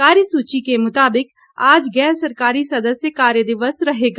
कार्यसूची के मुताबिक आज गैर सरकारी सदस्य कार्य दिवस रहेगा